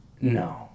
No